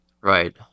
right